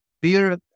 beer